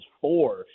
four